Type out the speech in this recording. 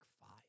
five